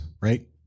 right